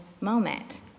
moment